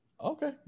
Okay